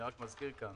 אני רק מזכיר כאן